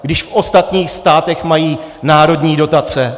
Když v ostatních státech mají národní dotace.